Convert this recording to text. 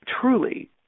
truly